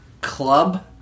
club